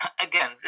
again